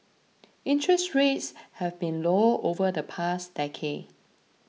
interest rates have been low over the past decade